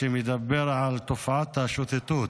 שמדבר על תופעת השוטטות.